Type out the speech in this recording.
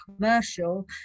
commercial